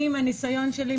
מהניסיון שלי,